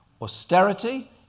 Austerity